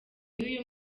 y’uyu